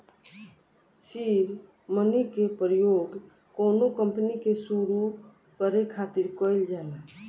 seed money के प्रयोग कौनो कंपनी के सुरु करे खातिर कईल जाला